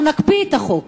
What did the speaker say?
אנחנו נקפיא את החוק.